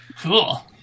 cool